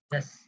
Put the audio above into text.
Yes